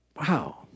Wow